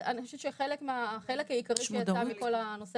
אני חושבת שהחלק העיקרי שיצא מכל הנושא